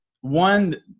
one